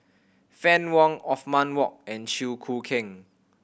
Fann Wong Othman Wok and Chew Choo Keng